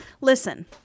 Listen